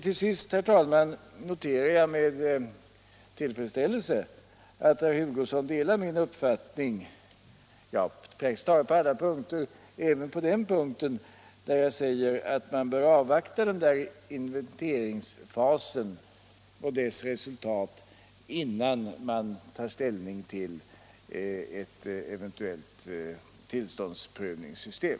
Till sist, herr talman, noterar jag med tillfredsställelse att herr Hugosson delar min uppfattning på praktiskt taget alla punkter — även på den punkt där jag säger att man bör avvakta inventeringsfasen och dess resultat innan man tar ställning till ett eventuellt tillståndsprövningssystem.